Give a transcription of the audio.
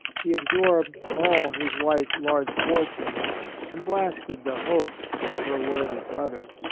he absorbed all his wife's large fortune and blasted the hopes of her worthy brother.